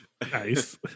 Nice